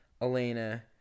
Elena